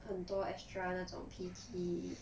很多 extra 那种 P_T